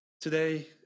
Today